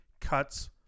cuts